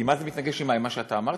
עם מה זה מתנגש, עם מה, עם מה שאתה אמרת?